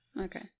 Okay